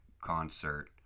concert